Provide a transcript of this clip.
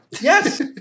Yes